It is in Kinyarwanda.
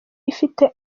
ifite